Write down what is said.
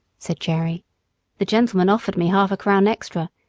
said jerry the gentleman offered me half a crown extra,